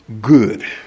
Good